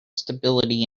stability